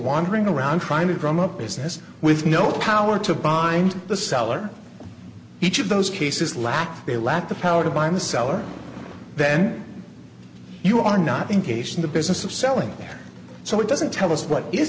wandering around trying to drum up business with no power to bind the seller each of those cases lack they lack the power to buy the seller then you are not engaged in the business of selling there so it doesn't tell us what is